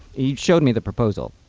he showed me the proposal.